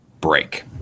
break